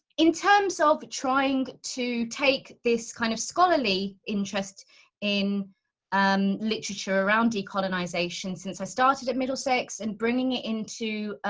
in terms of trying to take this kind of scholarly interest in um literature around decolonization since i started at middlesex and bringing it into,